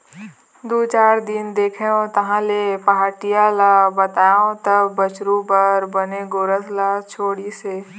दू चार दिन देखेंव तहाँले पहाटिया ल बताएंव तब बछरू बर बने गोरस ल छोड़िस हे